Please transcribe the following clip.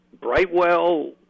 Brightwell